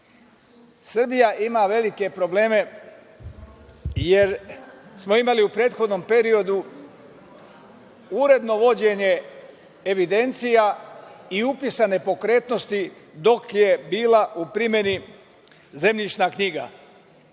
Srbija ima velike probleme jer smo imali u prethodnom periodu uredno vođenje evidencija i upisa nepokretnosti dok je bila u primeni zemljišna